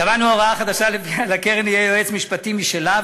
קבענו הוראה חדשה שלפיה לקרן יהיה יועץ משפטי משלה,